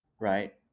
right